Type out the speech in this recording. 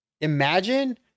imagine